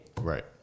Right